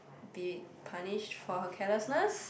be punished for her carelessness